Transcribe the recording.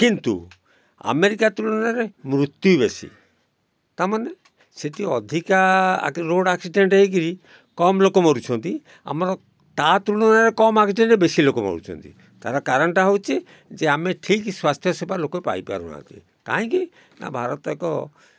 କିନ୍ତୁ ଆମେରିକା ତୁଳନାରେ ମୃତ୍ୟୁ ବେଶି ତା'ମାନେ ସେଇଠି ଅଧିକା ଆକ୍ସି ରୋଡ଼ ଆକ୍ସିଡ଼େଣ୍ଟ ହେଇକିରି କମ୍ ଲୋକ ମରୁଛନ୍ତି ଆମର ତା ତୁଳନାରେ କମ୍ ଆକ୍ସିଡ଼େଣ୍ଟ ବେଶି ଲୋକ ମରୁଛନ୍ତି ତା'ର କାରଣ ଟା ହେଉଛି ଯେ ଆମେ ଠିକ ସ୍ୱାସ୍ଥ୍ୟ ସେବା ଲୋକ ପାଇ ପାରୁନାହାଁନ୍ତି କାହିଁକି ନା ଭାରତ ଏକ